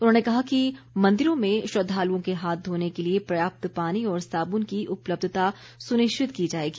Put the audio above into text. उन्होंने कहा कि मंदिरों में श्रद्धालुओं के हाथ धोने के लिए पर्याप्त पानी और साबुन की उपलब्धता सुनिश्चित की जाएगी